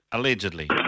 Allegedly